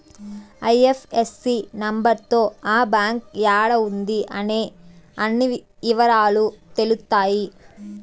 IFSC number తో ఆ bank యాడా ఉంది అనే అన్ని ఇవరాలు తెలుత్తాయి